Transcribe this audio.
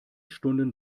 stunden